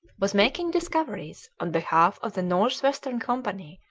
was making discoveries on behalf of the north-western company,